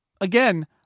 again